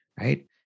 right